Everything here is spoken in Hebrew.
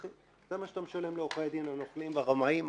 זה מה שאתה משלם לעורכי הדין הנוכלים והרמאים,